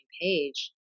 page